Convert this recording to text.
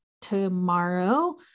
tomorrow